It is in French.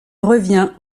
revient